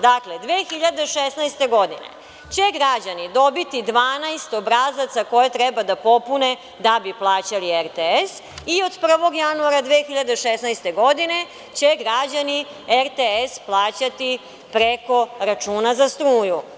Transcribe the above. Dakle, 2016. godine će građani dobiti 12 obrazaca, koje treba da popune da bi plaćali RTS i od 1. januara 2016. godine će građani RTS plaćati preko računa za struju.